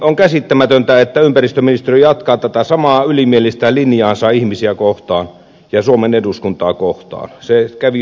on käsittämätöntä että ympäristöministeriö jatkaa tätä samaa ylimielistä linjaansa ihmisiä kohtaan ja suomen eduskuntaa kohtaan